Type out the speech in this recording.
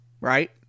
Right